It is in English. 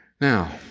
Now